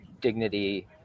dignity